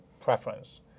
preference